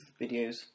videos